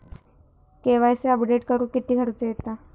KYC update करुक किती खर्च येता?